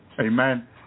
Amen